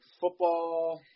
Football